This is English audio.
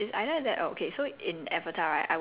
ya it's either that or